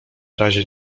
razie